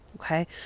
okay